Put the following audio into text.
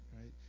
right